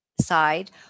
side